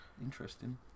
interesting